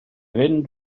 fynd